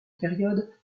période